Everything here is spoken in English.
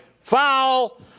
foul